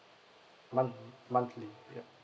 month monthly yup